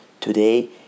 Today